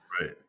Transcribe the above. Right